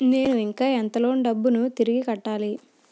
నేను ఇంకా ఎంత లోన్ డబ్బును తిరిగి కట్టాలి?